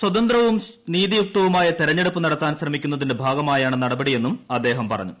സ്വതന്ത്രവും നീതിയുക്കുതവുമായ തിരഞ്ഞെടുപ്പ് നടത്താൻ ശ്രമിക്കുന്നതിന്റെ ഭാഗമായാണ് പ്രന്ടപടിയെന്നും അദ്ദേഹം പറഞ്ഞു